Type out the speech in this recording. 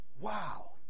Wow